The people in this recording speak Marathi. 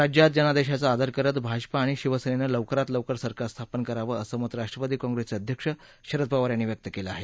राज्यात जनादेशाचा आदर करत भाजपा आणि शिवसेनेनं लवकरात लवकर सरकार स्थापन करावं असं मत राष्ट्रवादी काँप्रेसचे अध्यक्ष शरद पवार यांनी व्यक्त केलं आहे